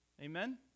Amen